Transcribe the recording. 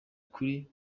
kuri